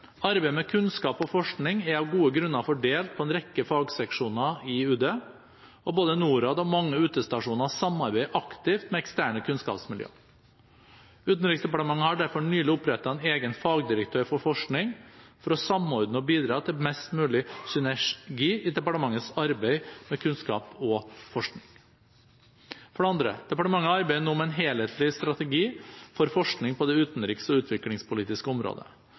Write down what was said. Arbeidet med kunnskap og forskning er av gode grunner fordelt på en rekke fagseksjoner i Utenriksdepartementet, og både Norad og mange utestasjoner samarbeider aktivt med eksterne kunnskapsmiljøer. Utenriksdepartementet har derfor nylig opprettet en egen fagdirektør for forskning, for å samordne og bidra til best mulig synergi i departementets arbeid med kunnskap og forskning. For det andre: Departementet arbeider nå med en helhetlig strategi for forskning på det utenriks- og utviklingspolitiske området.